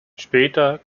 später